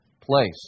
place